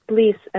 Please